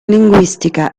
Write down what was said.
linguistica